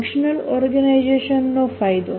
functional ઓર્ગેનાઈઝેશનનો ફાયદો